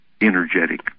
energetic